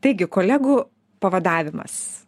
taigi kolegų pavadavimas